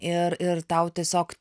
ir ir tau tiesiog